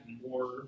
more